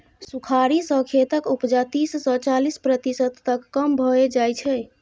सुखाड़ि सँ खेतक उपजा तीस सँ चालीस प्रतिशत तक कम भए जाइ छै